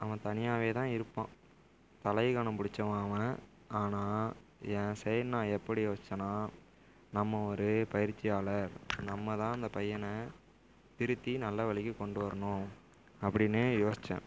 அவன் தனியாகவே தான் இருப்பான் தலைகனம் பிடித்தவன் அவன் ஆனால் என் சைட் நான் எப்படி யோசித்தேனா நம்ம ஒரு பயிற்சியாளர் நம்மதான் அந்த பையனை திருத்தி நல்ல வழிக்கு கொண்டு வரணும் அப்படினே யோசித்தேன்